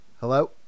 Hello